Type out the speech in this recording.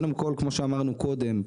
כמו שאמרנו קודם,